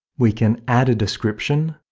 we can add a description,